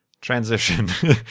transition